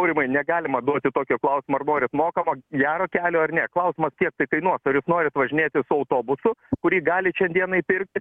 aurimai negalima duoti tokio klausimo ar norit mokamo gero kelio ar ne klausimas kiek tai kainuos ar jūs norit važinėtis autobusu kurį galit šiai dienai pirkti